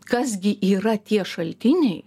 kas gi yra tie šaltiniai